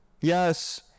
Yes